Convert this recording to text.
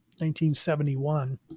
1971